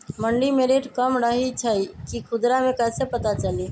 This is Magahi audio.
मंडी मे रेट कम रही छई कि खुदरा मे कैसे पता चली?